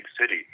city